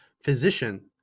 physician